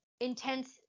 intense